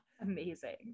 amazing